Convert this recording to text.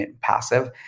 passive